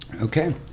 Okay